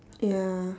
ya